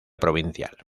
provincial